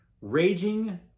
Raging